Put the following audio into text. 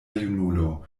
junulo